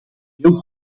heel